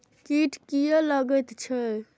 कीट किये लगैत छै?